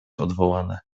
odwołane